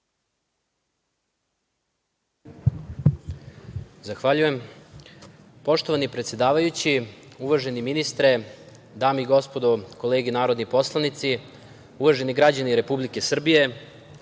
Zahvaljujem. Poštovani predsedavajući, uvaženi ministre, dame i gospodo kolege narodni poslanici, uvaženi građani Republike Srbije,